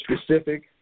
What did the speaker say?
Specific